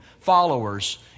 followers